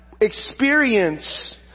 experience